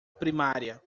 primária